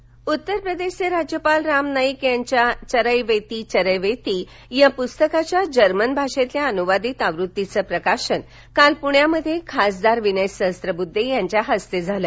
राम नाईक उत्तरप्रदेशचे राज्यपाल राम नाईक यांच्या चरैवेति चरैवेति या प्रस्तकाच्या जर्मन भाषेतल्या अनुवादित आवृत्तीचं प्रकाशन काल पुण्यात खासदार विनय सहस्त्रबुद्धे यांच्या हस्ते झालं